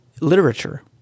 literature